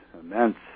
immense